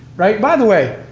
right? by the way,